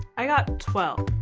i got twelve.